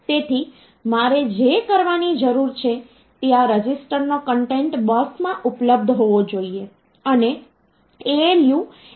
તેથી મારે જે કરવાની જરૂર છે તે આ રજીસ્ટરનો કન્ટેન્ટ બસમાં ઉપલબ્ધ હોવો જોઈએ અને ALU એ તે ઉમેરવું જોઈએ